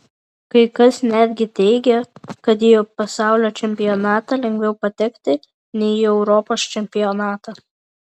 kai kas netgi teigė kad į pasaulio čempionatą lengviau patekti nei į europos čempionatą